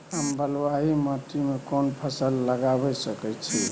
हम बलुआही माटी में कोन फसल लगाबै सकेत छी?